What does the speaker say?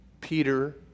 Peter